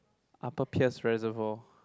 upper Pierce reservoir